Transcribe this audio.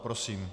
Prosím.